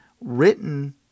written